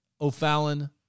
O'Fallon